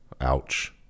Ouch